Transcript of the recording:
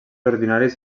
ordinaris